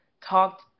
talked